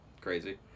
crazy